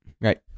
Right